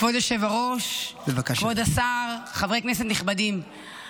כבוד היושב-ראש, כבוד השר, חברי כנסת נכבדים,